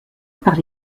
par